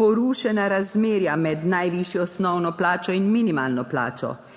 porušena razmerja med najvišjo osnovno plačo in minimalno plačo,